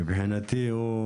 מבחינתי,